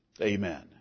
Amen